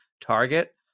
target